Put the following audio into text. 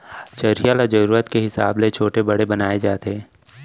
चरिहा ल जरूरत के हिसाब ले छोटे बड़े बनाए जाथे